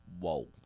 Whoa